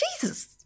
Jesus